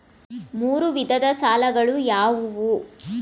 ಮೂರು ವಿಧದ ಸಾಲಗಳು ಯಾವುವು?